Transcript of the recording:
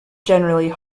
generally